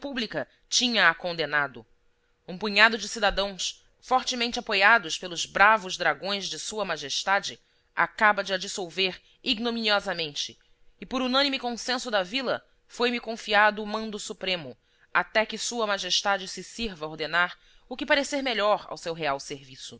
a opinião pública tinha-a condenado um punhado de cidadãos fortemente apoiados pelos bravos dragões de sua majestade acaba de a dissolver ignominiosamente e por unânime consenso da vila foi-me confiado o mando supremo até que sua majestade se sirva ordenar o que parecer melhor ao seu real serviço